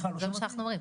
זה מה שאנחנו אומרים.